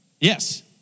Yes